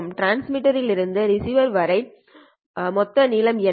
transmitter இருந்து ரிசீவர்வரை மொத்த நீளம் என்ன